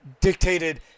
dictated